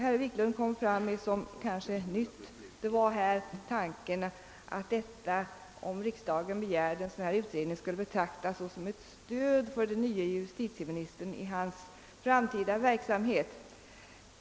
Herr Wiklund sade dock en sak som kanske var ny, nämligen att en begäran från riksdagen om en utredning skulle kunna vara ett stöd för den nye justitieministern i hans framtida verksamhet.